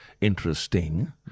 interesting